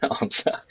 answer